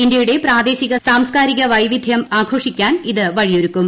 ഇന്ത്യയുടെ പ്രാദേശിക സാംസ്കാരിക വൈവിധ്യം ആഘോഷിക്കാൻ ഇത് വഴിയൊരുക്കും